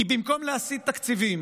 כי במקום להסיט תקציבים